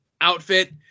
outfit